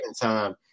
time